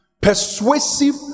Persuasive